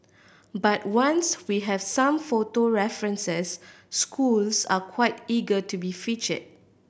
but once we have some photo references schools are quite eager to be featured